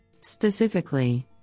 Specifically